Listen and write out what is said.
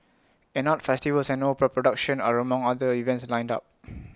an arts festivals and opera production are among other events lined up